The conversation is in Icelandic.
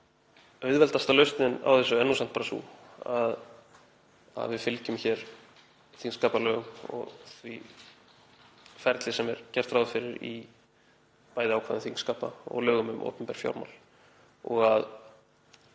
auðveldasta lausnin á þessu er nú samt sú að við fylgjum hér þingskapalögum og því ferli sem gert er ráð fyrir, bæði í ákvæðum þingskapa og lögum um opinber fjármál, og að